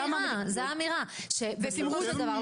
זו האמירה, שבסופו של דבר.